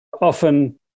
often